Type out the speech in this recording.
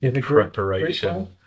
Preparation